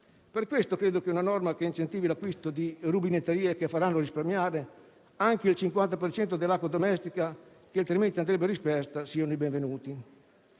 Per questo credo che una norma che incentivi l'acquisto di rubinetterie che faranno risparmiare anche il 50 per cento dell'acqua domestica, che altrimenti andrebbe dispersa, siano i benvenuti.